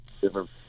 different